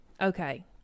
Okay